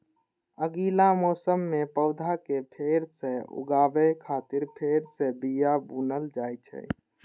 अगिला मौसम मे पौधा कें फेर सं उगाबै खातिर फेर सं बिया बुनल जाइ छै